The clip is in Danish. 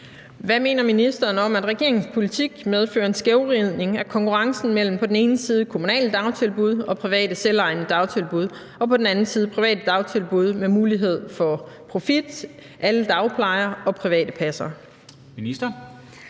Hvad mener ministeren om, at regeringens politik medfører en skævvridning af konkurrencen mellem på den ene side kommunale dagtilbud og private selvejende dagtilbud og på den anden side private dagtilbud med mulighed for profit, alle dagplejere og private passere? Kl.